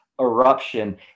eruption